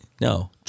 No